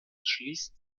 schließt